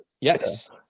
Yes